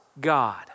God